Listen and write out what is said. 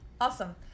Awesome